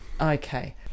Okay